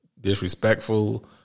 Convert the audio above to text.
disrespectful